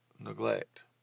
Neglect